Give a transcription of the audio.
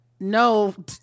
No